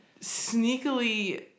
sneakily